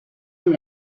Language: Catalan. amb